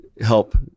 help